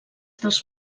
dels